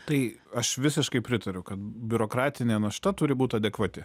tai aš visiškai pritariu kad biurokratinė našta turi būt adekvati